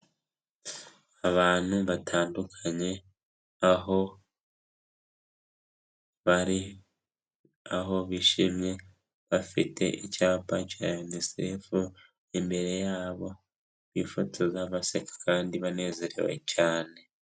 Abantu batandukanye aho bari aho bishimye, bafite icyapa cya UNICEF imbere yabo, bifotoza, baseka kandi banezerewe cyane.